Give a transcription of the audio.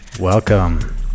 Welcome